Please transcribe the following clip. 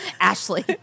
Ashley